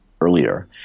earlier